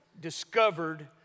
discovered